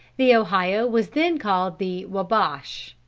the ohio was then called the wabash.